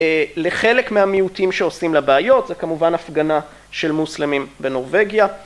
לחלק מהמיעוטים שעושים לה בעיות, זה כמובן הפגנה של מוסלמים בנורבגיה